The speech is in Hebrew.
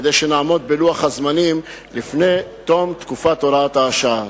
כדי שנעמוד בלוח הזמנים לפני תום תקופת הוראת השעה.